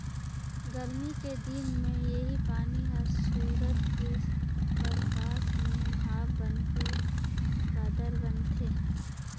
गरमी के दिन मे इहीं पानी हर सूरज के परकास में भाप बनके बादर बनथे